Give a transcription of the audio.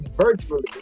virtually